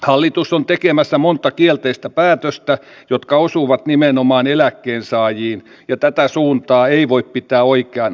hallitus on tekemässä monta kielteistä päätöstä jotka osuvat nimenomaan eläkkeensaajiin ja tätä suuntaa ei voi pitää oikeana